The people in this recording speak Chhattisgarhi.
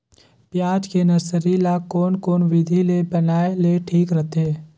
पियाज के नर्सरी ला कोन कोन विधि ले बनाय ले ठीक रथे?